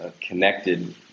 connected